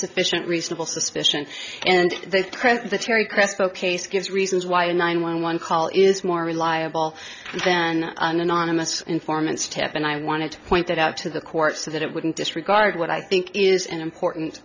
sufficient reasonable suspicion and they present the terry crespo case gives reasons why a nine one one call is more reliable than an anonymous informant step and i wanted to point that out to the court so that it wouldn't disregard what i think is an important